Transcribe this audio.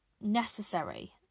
necessary